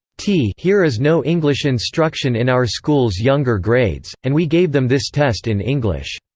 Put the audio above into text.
t here is no english instruction in our school's younger grades, and we gave them this test in english.